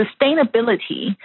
sustainability